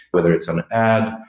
whether it's an add.